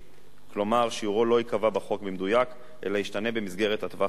כלומר שיעורו לא ייקבע בחוק במדויק אלא ישתנה במסגרת הטווח האמור.